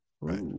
Right